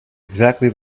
exactly